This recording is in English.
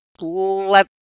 let